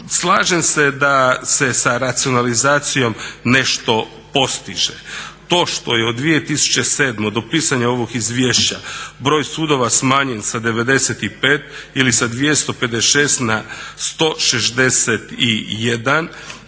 Slažem se da se sa racionalizacijom nešto postiže. To što je od 2007. do pisanja ovog izvješća broj sudova smanjen sa 95 ili sa 256 na 161